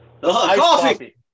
Coffee